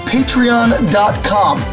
Patreon.com